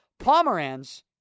Pomeranz